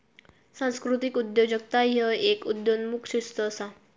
सांस्कृतिक उद्योजकता ह्य एक उदयोन्मुख शिस्त असा